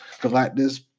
Galactus